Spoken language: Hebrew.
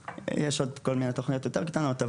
יש עוד כל מיני תוכניות יותר קטנות,